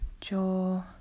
jaw